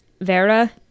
vera